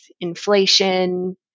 inflation